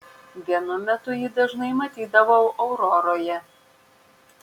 vienu metu jį dažnai matydavau auroroje